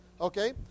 Okay